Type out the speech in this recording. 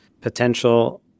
potential